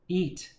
eat